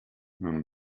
non